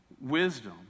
Wisdom